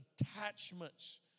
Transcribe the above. attachments